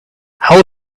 how